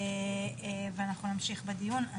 ואנחנו נמשיך בדיון.